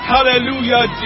Hallelujah